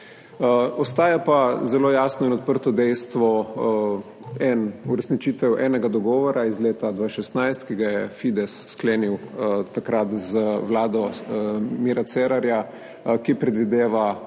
Ostaja pa zelo jasno in odprto dejstvo uresničitev enega dogovora iz leta 2016, ki ga je Fides takrat sklenil z vlado Mira Cerarja, ki predvideva